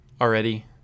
already